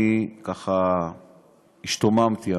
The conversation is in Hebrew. אני השתוממתי.